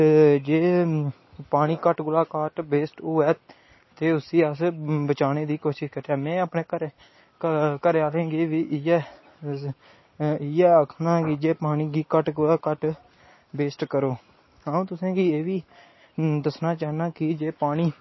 जे पानी घट्ट कोला घट्ट वेस्ट होऐ ते उसी अस बचाने दी कोशिश करचै ते में अपने घरें आह्लें गी बी इ'यै आक्खना के जे पानी गी घट्ट कोला घट्ट वेस्ट करो अं'ऊ तुसेंगी एह्बी दस्सना चाह्न्नां की जे पानी